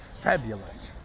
Fabulous